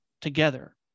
together